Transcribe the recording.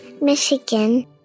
Michigan